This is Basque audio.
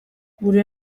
gure